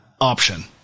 option